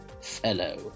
fellow